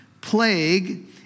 plague